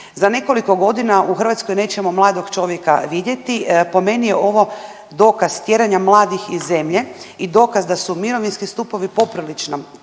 Za nekoliko godina u Hrvatskoj nećemo mladog čovjeka vidjeti. Po meni je ovo dokaz tjeranja mladih iz zemlje i dokaz da su mirovinski stupovi poprilično